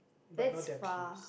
but not they're closed